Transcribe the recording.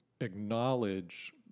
acknowledge